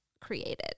created